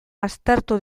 aztertu